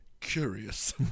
Curious